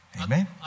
Amen